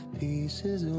pieces